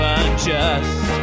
unjust